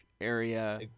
area